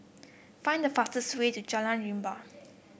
find the fastest way to Jalan Rimau